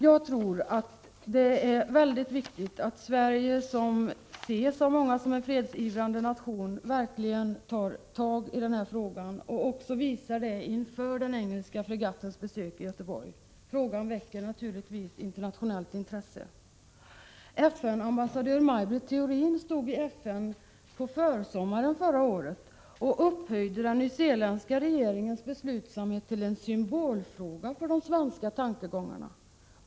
Jag tror att det är mycket viktigt att Sverige, som av många ses som en fredsivrande nation, verkligen engagerar sig i denna fråga och också visar detta inför den engelska fregattens besök i Göteborg. Frågan väcker naturligtvis internationellt intresse. FN-ambassadör Maj Britt Theorin upphöjde i FN på försommaren förra året den nyzeeländska regeringens beslutsamhet till en symbolfråga för de svenska tankegångarna.